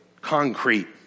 concrete